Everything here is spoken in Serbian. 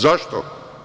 Zašto?